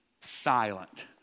silent